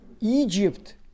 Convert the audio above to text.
Egypt